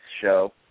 show